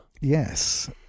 Yes